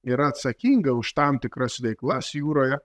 yra atsakinga už tam tikras veiklas jūroje